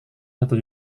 satu